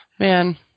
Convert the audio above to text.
Man